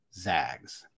Zags